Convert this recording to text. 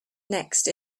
next